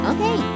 Okay